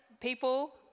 people